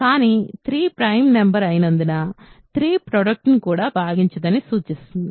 కానీ 3 prime number అయినందున 3 product ని కూడా భాగించదని సూచిస్తుంది